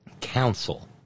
council